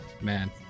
Man